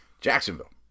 Jacksonville